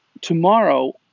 tomorrow